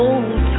Old